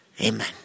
Amen